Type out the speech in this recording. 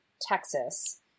Texas